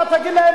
אתה תגיד להם.